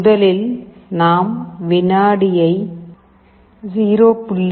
முதலில் நாம் வினாடியை 0